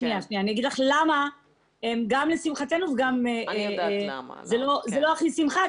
אני אגיד לך למה הם גם לשמחתנו ולמה זה גם לא הכי שמחה,